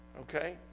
okay